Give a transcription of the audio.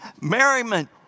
Merriment